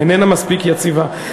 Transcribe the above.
איננה מספיק יציבה.